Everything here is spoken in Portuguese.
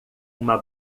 uma